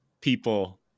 people